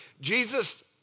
Jesus